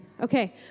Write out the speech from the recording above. okay